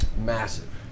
Massive